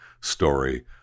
story